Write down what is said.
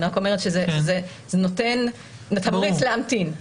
אני רק אומרת שזה נותן תמריץ להמתין.